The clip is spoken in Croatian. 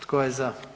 Tko je za?